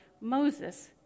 Moses